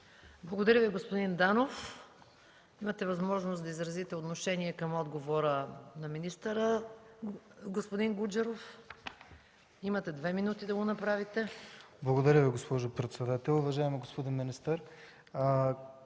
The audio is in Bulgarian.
Благодаря Ви, господин Данов. Имате възможност да изразите отношение към отговора на министъра, господин Гуджеров. ПАВЕЛ ГУДЖЕРОВ (ГЕРБ): Благодаря Ви, госпожо председател. Уважаеми господин министър,